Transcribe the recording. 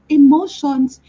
emotions